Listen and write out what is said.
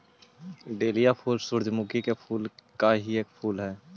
dahlia फूल सूर्यमुखी के कुल का एक फूल हई